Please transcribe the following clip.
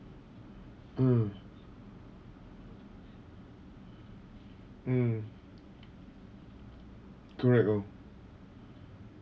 mm mm correct oh